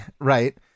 Right